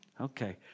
okay